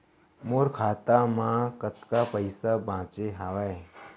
मोर खाता मा कतका पइसा बांचे हवय?